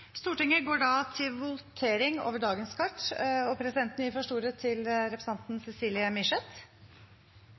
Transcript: Stortinget går da til votering over sakene på dagens kart. Presidenten gir først ordet til representanten Cecilie Myrseth.